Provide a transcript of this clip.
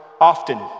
often